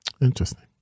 Interesting